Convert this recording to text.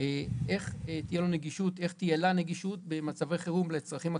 איך תהיה לו נגישות במצבי חירום לצרכים הקיומיים.